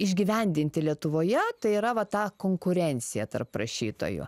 išgyvendinti lietuvoje tai yra va tą konkurenciją tarp rašytojų